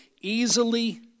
easily